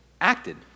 acted